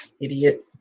idiot